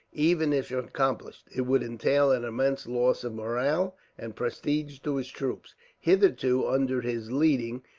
even if accomplished, it would entail an immense loss of morale and prestige to his troops. hitherto, under his leading,